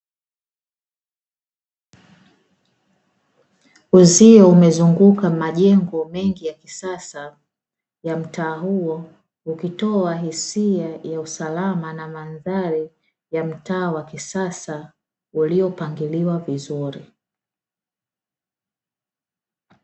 Uzio umezunguka majengo mengi ya kisasa ya mtaa huo, ukitoa hisia ya usalama na mandhari ya mtaa wa kisasa, uliopangiliwa vizuri.